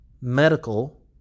medical